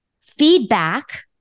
feedback